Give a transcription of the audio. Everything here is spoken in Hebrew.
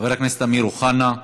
חבר הכנסת אמיר אוחנה,